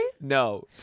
No